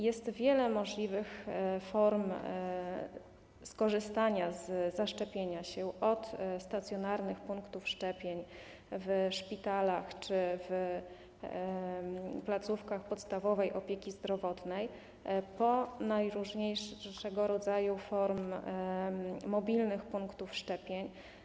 Jest wiele możliwych form skorzystania z zaszczepienia się: od stacjonarnych punktów szczepień w szpitalach czy w placówkach podstawowej opieki zdrowotnej po najróżniejszego rodzaju formy mobilnych punktów szczepień.